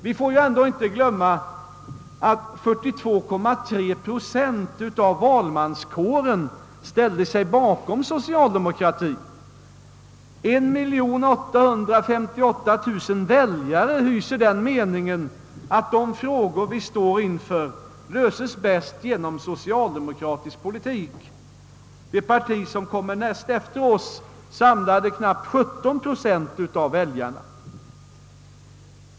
Vi får inte glömma att 42,3 procent av valmanskåren ställde sig bakom socialdemokratien. 1 858 000 väljare hyser den meningen, att de frågor vi i vårt land står inför löses bäst genom socialdemokratisk politik. Det parti som kommer näst efter oss samlade knappt 17 procent av väljarna.